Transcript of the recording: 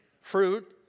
fruit